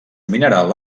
mineral